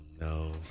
no